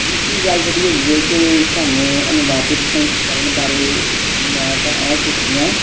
ਦੂਸਰੀ ਗੱਲ ਜਿਹੜੀ ਹੈਗੀ ਹੈ ਕਿ ਸਾਨੂੰ ਅਨੁਵਾਦਿਤ ਸੰਸਕਰਨ ਬਾਰੇ ਅਸੀਂ ਮੈਂ ਤਾਂ ਇਹ ਸੋਚਦੀ ਹਾਂ